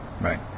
Right